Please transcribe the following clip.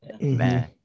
Man